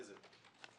באיזה נושא?